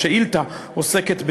השאילתה עוסקת,